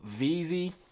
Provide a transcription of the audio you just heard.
VZ